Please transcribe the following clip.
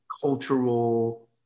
cultural